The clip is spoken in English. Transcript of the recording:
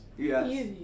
Yes